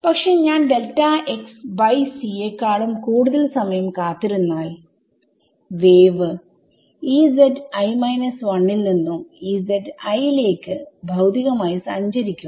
പക്ഷെ ഞാൻ delta x by c യെക്കാളും കൂടുതൽ സമയം കാത്തിരുന്നാൽ വേവ് ൽ നിന്നും ലേക്ക് ഭൌതികമായി സഞ്ചരിച്ചിരിക്കും